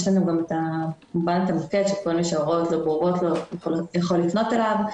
יש לנו גם מוקד ומי שההוראות לא ברורות לו יכול לפנות אליו.